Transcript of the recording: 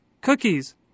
Cookies